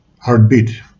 heartbeat